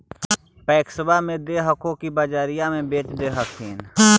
पैक्सबा मे दे हको की बजरिये मे बेच दे हखिन?